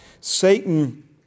Satan